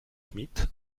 schmitt